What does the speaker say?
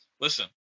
listen